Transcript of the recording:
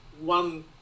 one